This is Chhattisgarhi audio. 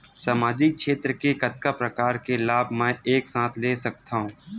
सामाजिक क्षेत्र के कतका प्रकार के लाभ मै एक साथ ले सकथव?